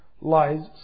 lies